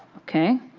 okay.